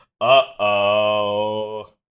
Uh-oh